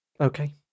Okay